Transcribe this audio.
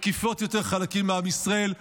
מקיפות יותר חלקים מעם ישראל,